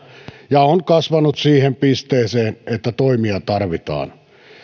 ja on kasvanut siihen pisteeseen että toimia tarvitaan